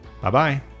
Bye-bye